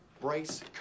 Bryce